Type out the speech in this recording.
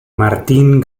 martín